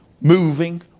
moving